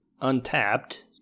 Untapped